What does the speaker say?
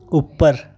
ऊपर